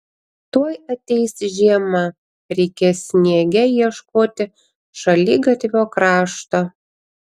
tuoj ateis žiema reikės sniege ieškoti šaligatvio krašto